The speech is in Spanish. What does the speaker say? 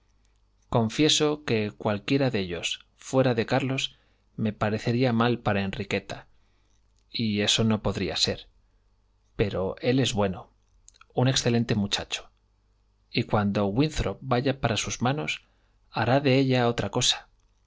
confieso que cualquiera de ellos fuera de carlos me parecería mal para enriqueta y eso no podría ser pero él es bueno un excelente muchacho y cuando winthrop vaya a sus manos hará de ella otra cosa